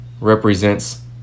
represents